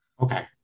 Okay